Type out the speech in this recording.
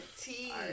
tea